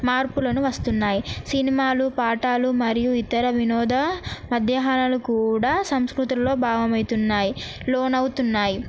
మార్పులను వస్తున్నాయి సినిమాలు పాఠాలు మరియు ఇతర వినోద మధ్యాహ్నలు కూడా సంస్కృతుల్లో భాగమవుతున్నాయి లోనవుతున్నాయి